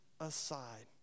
Aside